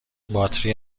باتری